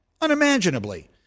Unimaginably